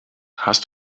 hast